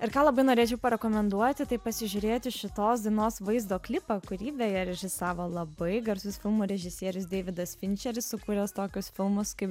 ir ką labai norėčiau parekomenduoti tai pasižiūrėti šitos dainos vaizdo klipą kurį beje režisavo labai garsus filmų režisierius deividas pinčeris sukūręs tokius filmus kaip